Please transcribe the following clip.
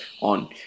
on